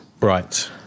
Right